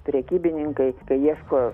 prekybininkai kai ieško